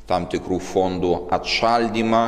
tam tikrų fondų atšaldymą